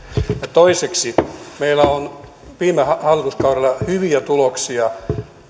toiseksi meillä oli viime hallituskaudella hyviä tuloksia